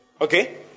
Okay